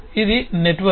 ఇది నెట్వర్క్